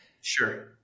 sure